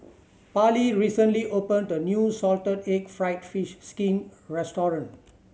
Parlee recently opened a new salted egg fried fish skin restaurant